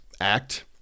act